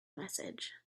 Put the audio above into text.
message